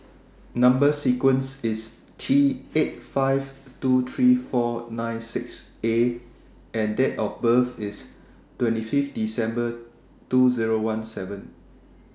Number sequence IS T eight five two three four nine six A and Date of birth IS twenty five December two Zero one seven